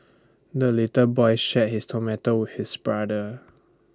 the little boy shared his tomato with his brother